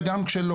וגם כשלא.